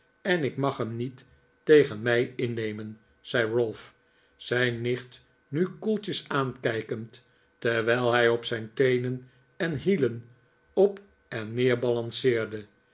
en ik mag hem niet tegen mij innemen zei ralph zijn nicht nu koeltjes aankijkend terwijl hij op zijn teenen en hielen op en neer balanceerde